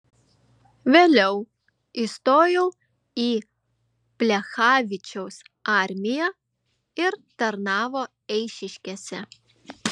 vėliau įstojo į plechavičiaus armiją ir tarnavo eišiškėse